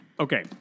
Okay